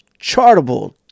Chartable